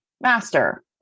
Master